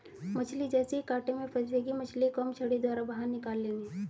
मछली जैसे ही कांटे में फंसेगी मछली को हम छड़ी द्वारा बाहर निकाल लेंगे